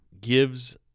gives